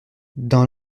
dans